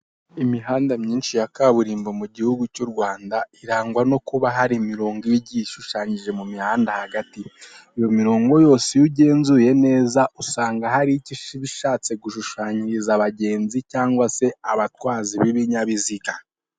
Imihanda myinshi ya kaburimbo mu gihugu cy'u Rwanda irangwa no kuba hari imirongo igishushanyije mu mihanda hagati iyo mirongo yose iyo ugenzuye neza usanga hari icyo ibishatse gushushanyiriza abagenzi cg se abatwaza b'ibinyabiziga.